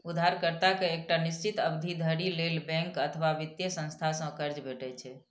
उधारकर्ता कें एकटा निश्चित अवधि धरि लेल बैंक अथवा वित्तीय संस्था सं कर्ज भेटै छै